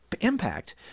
impact